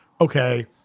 Okay